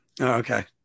okay